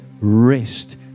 rest